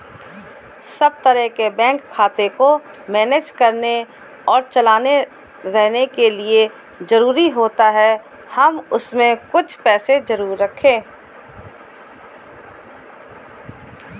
सब तरह के बैंक खाते को मैनेज करने और चलाते रहने के लिए जरुरी होता है के हम उसमें कुछ पैसे जरूर रखे